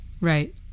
right